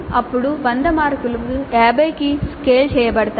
అప్పుడు ఈ 100 మార్కులు 50 కి స్కేల్ చేయబడతాయి